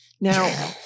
Now